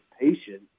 patient